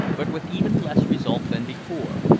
but with even less result than before,